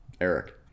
Eric